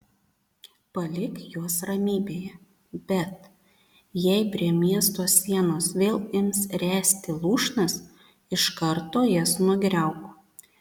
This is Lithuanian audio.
palik juos ramybėje bet jei prie miesto sienos vėl ims ręsti lūšnas iš karto jas nugriauk